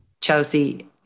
Chelsea